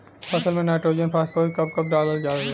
फसल में nitrogen phosphorus कब कब डालल जाला?